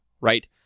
right